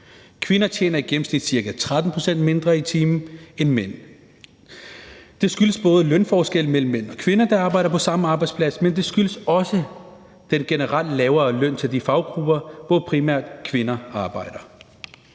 Kvinder tjener i gennemsnit ca. 13 pct. mindre i timen end mænd. Det skyldes både lønforskel mellem mænd og kvinder, der arbejder på samme arbejdsplads, men det skyldes også den generelt lavere løn til de faggrupper, hvor primært kvinder arbejder.